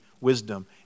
Wisdom